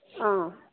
অঁ